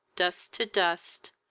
dust to dust,